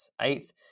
eighth